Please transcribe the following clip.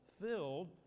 filled